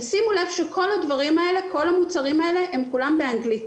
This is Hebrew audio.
תשימו לב שכל המוצרים האלה הם כולם באנגלית.